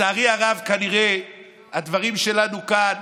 לצערי הרב כנראה הדברים שלנו כאן